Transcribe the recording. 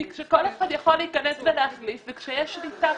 כי כשכל אחד יכול להיכנס ולהחליף וכשיש שביתה